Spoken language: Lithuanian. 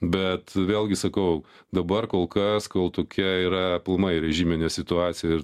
bet vėlgi sakau dabar kol kas kol tokia yra pilnai režiminė situacija